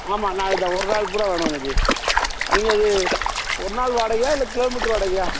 ஆமாம் நாளைக்கு தான் ஒரு நாள் பூராக வேணும் அண்ணாச்சி நீங்கள் இது ஒரு நாள் வாடகையா இல்லை கிலோமீட்ரு வாடகையா